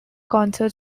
concert